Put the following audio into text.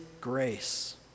grace